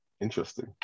interesting